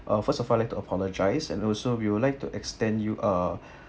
ah first of all I'd like to apologise and also we would like to extend you a